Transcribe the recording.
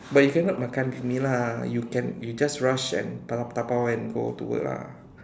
but you cannot makan with me lah you can you just rush and dabao and go to work lah